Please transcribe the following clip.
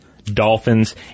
Dolphins